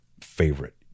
favorite